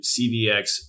CVX